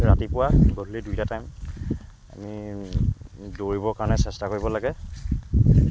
ৰাতিপুৱা গধূলি দুইটা টাইম আমি দৌৰিব কাৰণে চেষ্টা কৰিব লাগে